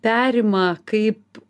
perima kaip